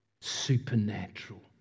Supernatural